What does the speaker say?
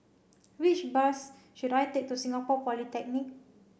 which bus should I take to Singapore Polytechnic